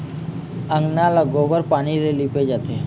अंगना ल गोबर पानी ले लिपे जाथे